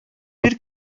bir